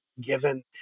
given